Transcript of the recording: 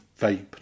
vape